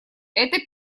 это